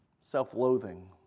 self-loathing